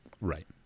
right